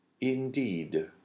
Indeed